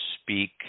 speak